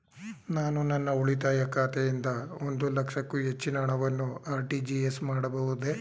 ನಾನು ನನ್ನ ಉಳಿತಾಯ ಖಾತೆಯಿಂದ ಒಂದು ಲಕ್ಷಕ್ಕೂ ಹೆಚ್ಚಿನ ಹಣವನ್ನು ಆರ್.ಟಿ.ಜಿ.ಎಸ್ ಮಾಡಬಹುದೇ?